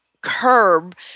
curb